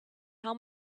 how